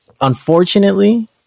unfortunately